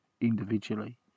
individually